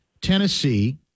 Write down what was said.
Tennessee